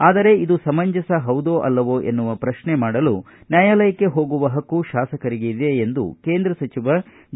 ಆದರೆ ಇದು ಸಮಂಜಸ ಹೌದೋ ಅಲ್ಲವೋ ಎಂದು ಪ್ರಶ್ನೆ ಮಾಡಲು ನ್ಯಾಯಾಲಯಕ್ಕೆ ಹೋಗುವ ಪಕ್ಕು ಶಾಸಕರಿಗೆ ಇದೆ ಎಂದು ಕೇಂದ್ರ ಸಚಿವ ಡಿ